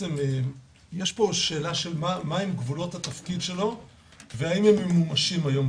יש שאלה של מה גבולות התפקיד והאם הם ממומשים היום.